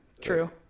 True